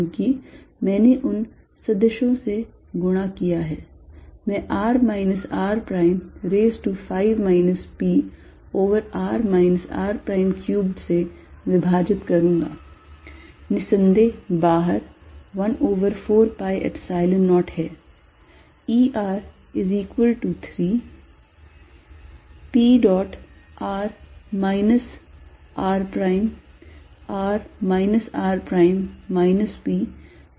क्योंकि मैंने उन सदिशों से गुणा किया है मैं r minus r prime raise to 5 minus p over r minus r prime cubed से विभाजित करूँगा निस्सन्देह बाहर 1 over 4 pi Epsilon 0 है